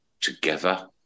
together